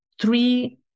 three